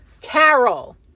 Carol